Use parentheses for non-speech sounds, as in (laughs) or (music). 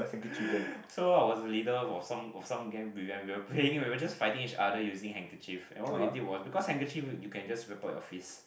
(laughs) so I was a leader for some of some when we were playing we were just fighting each other using handkerchief and what we did was because handkerchief you can just wrap up your fist